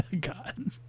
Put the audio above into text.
God